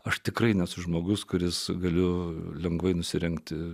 aš tikrai tas žmogus kuris galiu lengvai nusirengti